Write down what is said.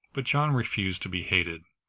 but john refused to be hated.